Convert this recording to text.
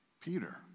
Peter